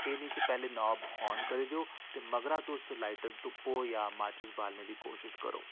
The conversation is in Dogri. एह् निं कि पैह्लें नाब आन करी देओ ते मगरा तुस लाइटर तुप्पो जां माचिस बालने दी कोशिश करो